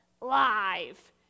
live